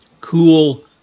cool